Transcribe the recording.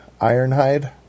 Ironhide